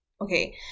okay